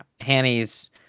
Hanny's